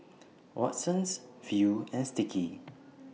Watsons Viu and Sticky